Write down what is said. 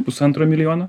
pusantro milijono